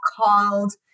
called